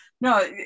No